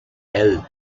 help